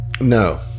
No